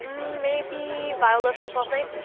maybe viola from twelfth night.